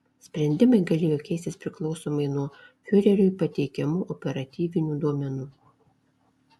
sprendimai galėjo keistis priklausomai nuo fiureriui pateikiamų operatyvinių duomenų